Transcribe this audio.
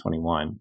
2021